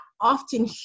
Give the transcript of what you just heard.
often